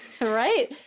Right